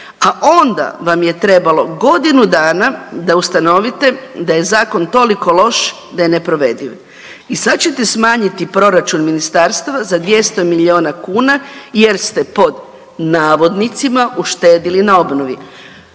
a onda vam je trebalo godinu dana da ustanovite da je zakon toliko loš da je neprovediv i sad ćete smanjiti proračun ministarstva za 200 milijuna kuna jer ste pod navodnicima, uštedili na obnovi.